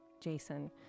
Jason